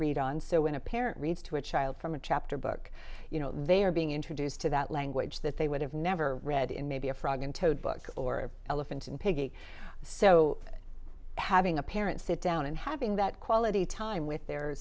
read on so when a parent reads to a child from a chapter book you know they are being introduced to that language that they would have never read in maybe a frog and toad book or elephant and piggie so having a parent sit down and having that quality time with their